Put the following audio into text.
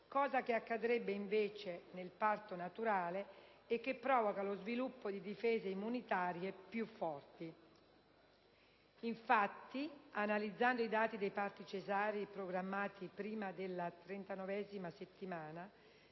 cosa che accadrebbe, invece, nel parto naturale e che provoca lo sviluppo di difese immunitarie più forti. Infatti, analizzando i dati dei parti cesarei programmati prima della trentanovesima settimana,